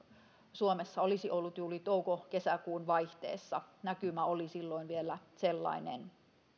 suomessa olisi ollut juuri touko kesäkuun vaihteessa näkymä oli silloin vielä sellainen